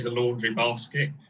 laundry basket